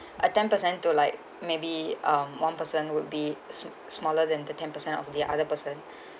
a ten per cent to like maybe one person would be smaller than the ten percent of the other person